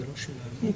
שתי דקות.